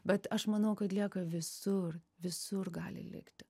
bet aš manau kad lieka visur visur gali likti